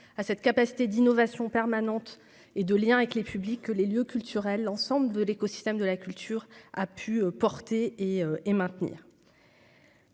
à cette capacité d'innovation permanente et de lien avec les publics que les lieux culturels, l'ensemble de l'écosystème de la culture, a pu porter et et maintenir.